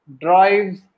drives